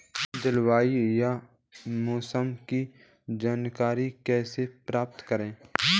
जलवायु या मौसम की जानकारी कैसे प्राप्त करें?